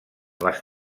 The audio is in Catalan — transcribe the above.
les